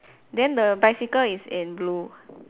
then the bicycle is in blue